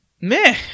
meh